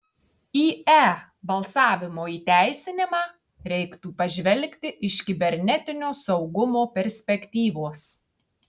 į e balsavimo įteisinimą reiktų pažvelgti iš kibernetinio saugumo perspektyvos